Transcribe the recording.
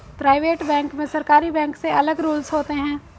private bank में सरकारी bank से अलग रूल्स होते है